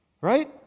right